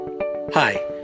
Hi